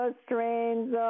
strains